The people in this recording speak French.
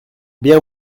bien